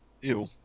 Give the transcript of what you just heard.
Ew